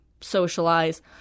socialize